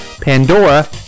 Pandora